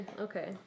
Okay